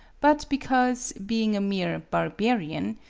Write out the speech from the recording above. but because, being a mere barbarian,